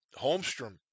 Holmstrom